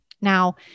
Now